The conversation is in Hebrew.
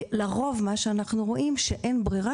לרוב, כשאנחנו רואים שאין ברירה